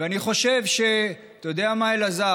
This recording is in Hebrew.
ואני חושב, אתה יודע מה, אלעזר?